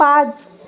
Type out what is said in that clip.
पाच